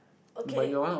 okay